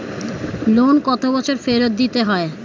Loan কত বছরে ফেরত দিতে হয়?